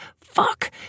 Fuck